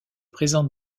présente